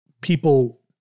people